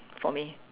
for me